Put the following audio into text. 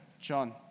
John